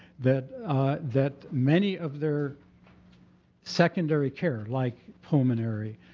that that many of their secondary care like pulmonary,